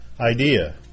idea